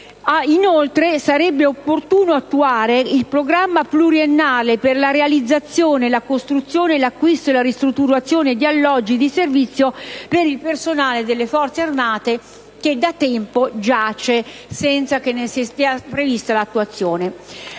Inoltre sarebbe opportuno attuare il programma pluriennale per la realizzazione, la costruzione, l'acquisto e la ristrutturazione di alloggi di servizio per il personale delle Forze armate, da tempo predisposto. Va poi detto